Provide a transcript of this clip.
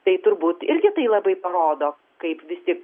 tai turbūt irgi tai labai parodo kaip visi